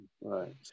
right